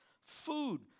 food